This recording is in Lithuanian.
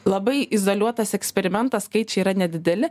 labai izoliuotas eksperimentas skaičiai yra nedideli